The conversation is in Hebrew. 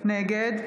נגד